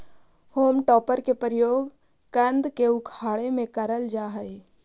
home टॉपर के प्रयोग कन्द के उखाड़े में करल जा हई